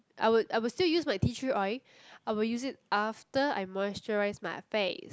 I would I would still use my tea tree oil I would use it after I moisturise my face